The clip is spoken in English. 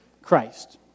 Christ